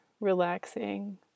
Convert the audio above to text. relaxing